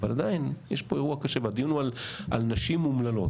אבל עדיין יש פה אירוע קשה והדיון הוא על נשים אומללות.